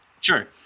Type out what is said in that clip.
sure